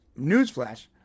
newsflash